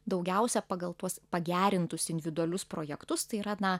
daugiausia pagal tuos pagerintus individualius projektus tai yra na